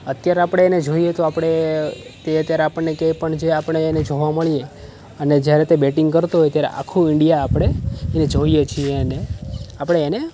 અત્યારે આપણે એને જોઈએ તો આપણે તે અત્યારે આપણને કે પણ જે આપણે એને જોવા મળીએ અને જ્યારે તે બેટિંગ કરતો હોય ત્યારે આખું ઈન્ડિયા આપણે એ જોઈએ છીએ એને આપણે એને